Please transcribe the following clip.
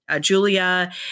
Julia